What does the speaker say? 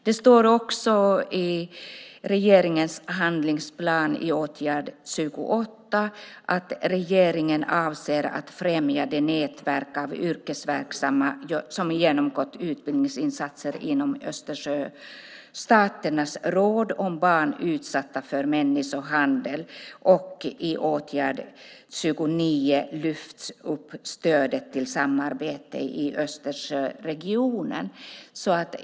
Det står i åtgärd 28 i regeringens handlingsplan att regeringen avser att främja det nätverk av yrkesverksamma som har genomgått utbildningsinsatser inom Östersjöstaternas råd om barn utsatta för människohandel. I åtgärd 29 lyfter man upp stödet till samarbete i Östersjöregionen.